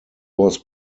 was